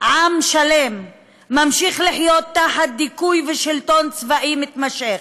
עם שלם ממשיך לחיות תחת דיכוי ושלטון צבאי מתמשך,